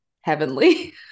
heavenly